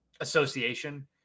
association